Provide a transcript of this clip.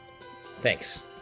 Thanks